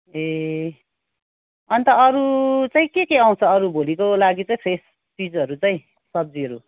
ए अन्त अरू चाहिँ के के आउँछ अरू भोलिको लागि चाहिँ फ्रेस चिजहरू चाहिँ सब्जीहरू